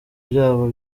byabo